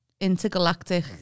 intergalactic